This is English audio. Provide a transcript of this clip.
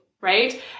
right